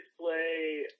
play